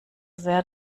sehr